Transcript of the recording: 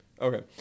Okay